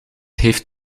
heeft